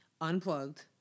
Unplugged